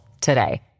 today